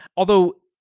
although,